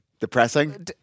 Depressing